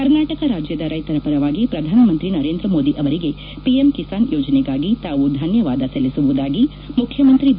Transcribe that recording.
ಕರ್ನಾಟಕ ರಾಜ್ಯದ ರೈತರ ಪರವಾಗಿ ಪ್ರಧಾನಮಂತ್ರಿ ನರೇಂದ್ರ ಮೋದಿ ಅವರಿಗೆ ಪಿಎಂ ಕಿಸಾನ್ ಯೋಜನೆಗಾಗಿ ತಾವು ಧನ್ಜವಾದ ಸಲ್ಲಿಸುವುದಾಗಿ ಮುಖ್ಯಮಂತ್ರಿ ಬಿ